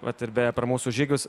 vat ir be per mūsų žygius